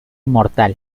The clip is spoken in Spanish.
mortal